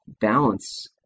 balance